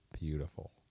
Beautiful